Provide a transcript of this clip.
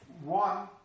one